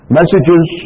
messages